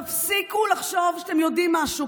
תפסיקו לחשוב שאתם יודעים משהו,